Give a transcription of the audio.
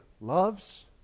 loves